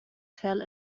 fell